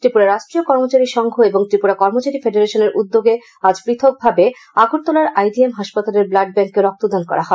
ত্রিপুরা রাষ্ট্রীয় কর্মচারী সংঘ এবং ত্রিপুরা কর্মচারী ফেডারেশনের উদ্যোগে আজ পৃথক ভাবে আগরতলার আই জি এম হাসপাতালের ব্লাড ব্যাঙ্ক এ রক্তদান করা হয়